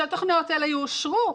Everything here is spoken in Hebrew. שהתכניות האלה יאושרו.